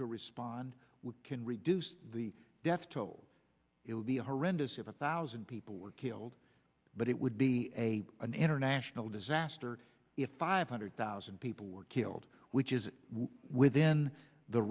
to respond we can reduce the death toll it would be horrendous if a thousand people were killed but it would be a an international disaster if five hundred thousand people were killed which is within the